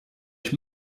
ich